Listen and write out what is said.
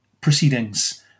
proceedings